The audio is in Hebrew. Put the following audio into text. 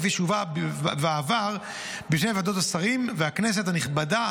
כפי שהובאה בעבר בפני ועדות השרים והכנסת הנכבדה,